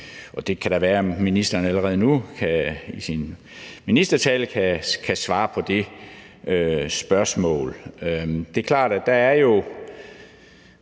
Det kan da være, at ministeren allerede nu i sin ministertale kan svare på det spørgsmål. Det er klart, at covid-19 jo